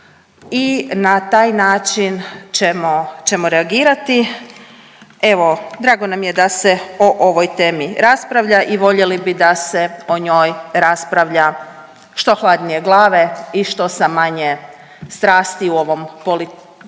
i na taj način ćemo reagirati. Evo drago nam je da se o ovoj temi raspravlja i voljeli bi da se o njoj raspravlja što hladnije glave i što sa manje strasti u ovom politikantskom